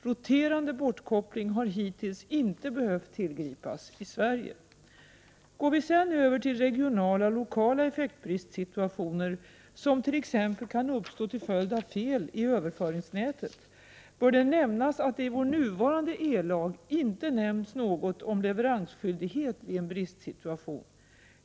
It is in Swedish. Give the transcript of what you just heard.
Roterande bortkoppling 26 maj 1989 har hittills inte behövt tillgripas i Sverige. Går vi sedan över till regionala och lokala effektbristsituationer, som t.ex. kan uppstå till följd av fel i överföringsnätet, bör det nämnas att det i vår nuvarande ellag inte nämns något om leveransskyldighet vid en bristsituation.